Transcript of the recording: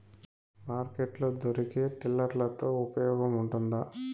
Market లో దొరికే tiller తో ఉపయోగం ఉంటుందా?